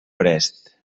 prest